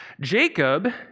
Jacob